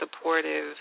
supportive